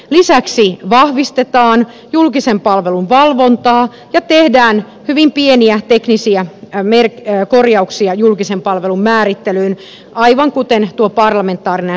lisäksi vahvistetaan julkisen palvelun valvontaa ja tehdään hyvin pieniä teknisiä korjauksia julkisen palvelun määrittelyyn aivan kuten parlamentaarinen sopu edellytti